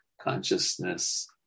consciousness